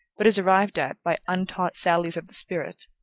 but is arrived at by untaught sallies of the spirit,